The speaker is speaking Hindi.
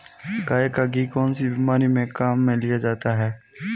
गाय का घी कौनसी बीमारी में काम में लिया जाता है?